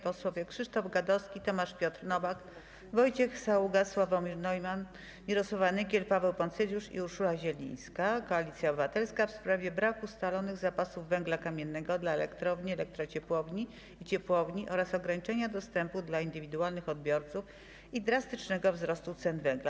Posłowie Krzysztof Gadowski, Tomasz Piotr Nowak, Wojciech Saługa, Sławomir Neumann, Mirosława Nykiel, Paweł Poncyljusz i Urszula Zielińska, Koalicja Obywatelska, zadają pytanie w sprawie braku ustawowych zapasów węgla kamiennego dla elektrowni, elektrociepłowni i ciepłowni oraz ograniczenia dostępu dla indywidualnych odbiorców i drastycznego wzrostu cen węgla.